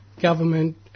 government